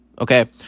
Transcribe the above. Okay